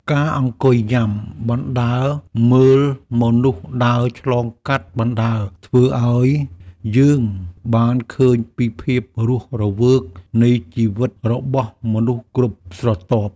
ការអង្គុយញ៉ាំបណ្ដើរមើលមនុស្សដើរឆ្លងកាត់បណ្ដើរធ្វើឱ្យយើងបានឃើញពីភាពរស់រវើកនៃជីវិតរបស់មនុស្សគ្រប់ស្រទាប់។